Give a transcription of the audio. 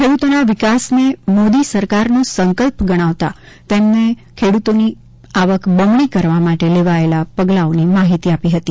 ખેડ્રતોના વિકાસને મોદી સરકારનો સંકલ્પ ગણાવતા તેમણે ખેડ્રતોની આવક બમણી કરવા માટે લેવાયેલા પગલાઓની માહિતી આપી હતી